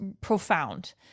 profound